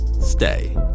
Stay